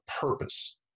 purpose